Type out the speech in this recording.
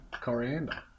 coriander